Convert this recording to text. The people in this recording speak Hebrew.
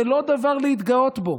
זה לא דבר להתגאות בו.